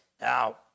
Now